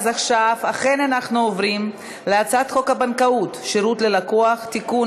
עכשיו אכן אנחנו עוברים להצעת חוק הבנקאות (שירות ללקוח) (תיקון,